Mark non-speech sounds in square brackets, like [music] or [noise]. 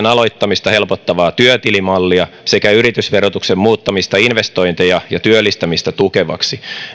[unintelligible] aloittamista helpottavaa työtilimallia sekä yritysverotuksen muuttamista investointeja ja työllistämistä tukevaksi